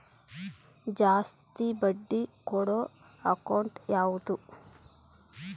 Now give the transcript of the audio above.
ಜಾಸ್ತಿ ಬಡ್ಡಿ ಕೊಡೋ ಅಕೌಂಟ್ ಯಾವುದು?